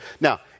Now